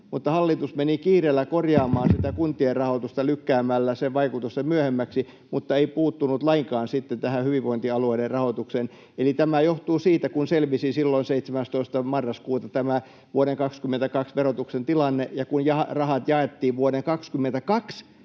mutta hallitus meni kiireellä korjaamaan sitä kuntien rahoitusta lykkäämällä sen vaikutusta myöhemmäksi mutta ei puuttunut lainkaan sitten tähän hyvinvointialueiden rahoitukseen. Eli tämä johtuu siitä, että selvisi silloin 17. marraskuuta tämä vuoden 22 verotuksen tilanne ja rahat jaettiin vuoden 22